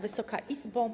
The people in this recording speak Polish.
Wysoka Izbo!